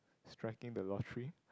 striking the lottery